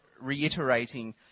reiterating